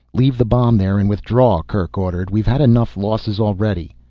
leave the bomb there and withdraw, kerk ordered. we've had enough losses already.